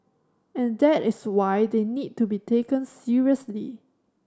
and that is why they need to be taken seriously